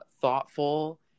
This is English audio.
thoughtful